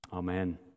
Amen